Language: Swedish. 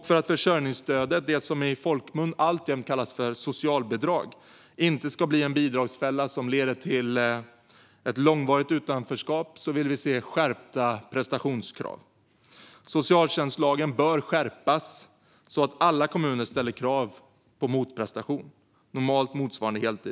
För att försörjningsstödet, det som i folkmun alltjämt kallas "socialbidrag", inte ska bli en bidragsfälla som leder till långvarigt utanförskap vill vi se skärpta prestationskrav. Socialtjänstlagen bör skärpas så att alla kommuner ställer krav på motprestation, normalt motsvarande heltid.